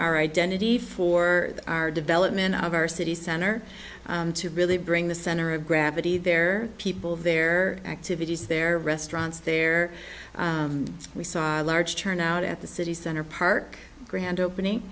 our identity for our development of our city center to really bring the center of gravity their people their activities their restaurants there we saw a large turnout at the city center park grand opening